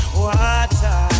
water